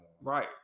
Right